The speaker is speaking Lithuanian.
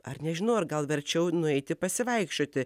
ar nežinau ar gal verčiau nueiti pasivaikščioti